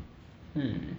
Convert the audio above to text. mm